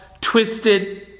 twisted